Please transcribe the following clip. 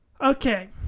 Okay